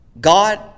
God